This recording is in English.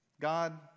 God